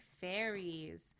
fairies